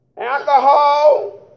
alcohol